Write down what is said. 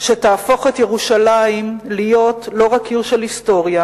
שתהפוך את ירושלים להיות לא רק עיר של היסטוריה